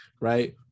right